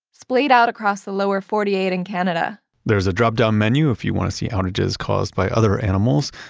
splayed out across the lower forty eight and canada there's a drop-down menu if you want to see outages caused by other animals,